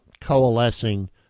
coalescing